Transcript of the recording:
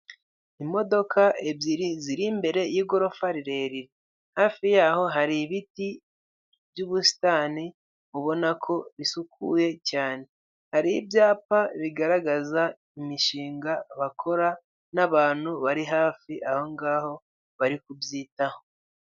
Imodoka ebyiri ziri imbere y'igorofa rirerire hafi yaho hari ibiti byubusitani ubona ko bisukuye cyane hari ibyapa bigaragaza imishinga bakora n'abantu bari hafi aho ngaho bari kubyitaho.